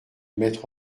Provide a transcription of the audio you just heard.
mettre